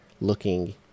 looking